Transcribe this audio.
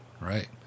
right